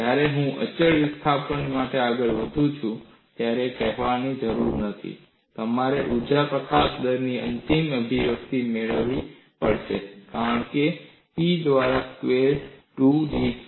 જ્યારે હું અચળ વિસ્થાપન માટે આગળ વધું છું ત્યારે એ કહેવાની જરૂર નથી કે તમારે ઊર્જા પ્રકાશન દરની અંતિમ અભિવ્યક્તિ મેળવવી પડશે કારણ કે p દ્વારા સ્ક્વેર્ 2 B dc